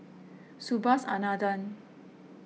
Subhas Anandan